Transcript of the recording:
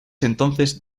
entonces